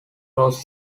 was